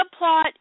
subplot